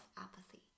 Apathy